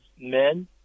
men